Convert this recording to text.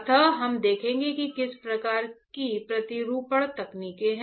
अतः हम देखेंगे कि किस प्रकार की प्रतिरूपण तकनीकें हैं